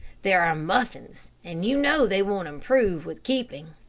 there are muffins, and you know they won't improve with keeping.